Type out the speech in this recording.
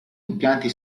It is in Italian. impianti